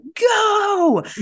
go